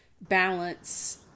balance